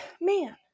man